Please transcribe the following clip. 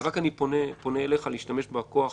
אז אני פונה אליך להשתמש בכוח